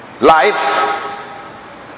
Life